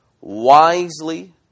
wisely